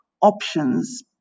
options